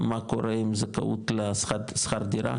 מה קורה עם זכאות לשכר דירה,